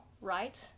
right